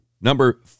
number